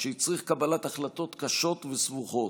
השנה האחרונה הייתה יוצאת דופן בהתפשטות נגיף הקורונה,